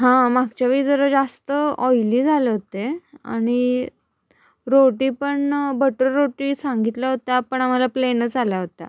हां मागच्या वेळी जरा जास्त ऑइली झाले होते आणि रोटी पण बटर रोटी सांगितल्या होत्या पण आम्हाला प्लेनच आल्या होत्या